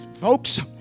Folks